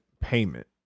payment